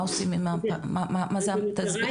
מה זה המשפט הזה?